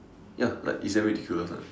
ya like it's damn ridiculous lah